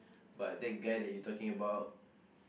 but that guy that you talking about